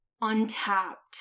untapped